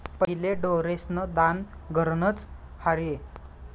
पहिले ढोरेस्न दान घरनंच र्हाये